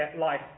life